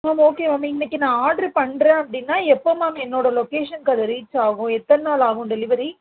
ma'am okay இன்னக்கு நான் order பண்ணுறன் அப்படினா எப்போ மேம் என்னோட லொகேஷன்கு அது ரீச் ஆகும் எத்தனாள் ஆகும் டெலிவரி